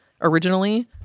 originally